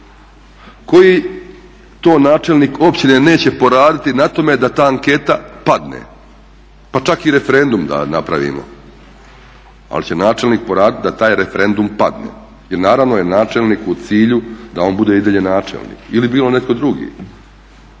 Koji to načelnik općine neće poraditi na tome da ta anketa padne pa čak i referendum da napravimo, ali će načelnik poraditi da taj referendum padne jer naravno da je načelniku u cilju da on bude i dalje načelnik ili bilo netko drugi.